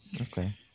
Okay